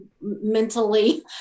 mentally